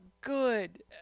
good